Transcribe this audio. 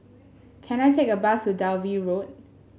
can I take a bus to Dalvey Road